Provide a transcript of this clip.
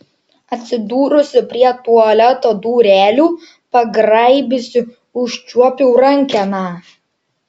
atsidūrusi prie tualeto durelių pagraibiusi užčiuopiau rankeną